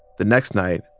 the next night,